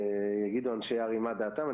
יגידו אנשי הר"י מה דעתם.